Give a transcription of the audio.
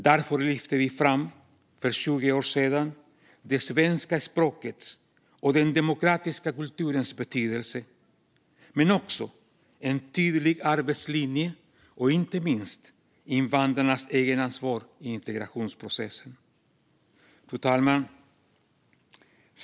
Därför lyfte vi för 20 år sedan fram det svenska språkets och den demokratiska kulturens betydelse men också en tydlig arbetslinje och inte minst invandrarnas egenansvar i integrationsprocessen. Fru talman!